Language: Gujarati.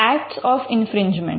acts of infringement